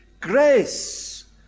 grace